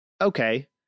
okay